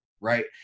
right